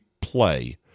play